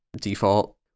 default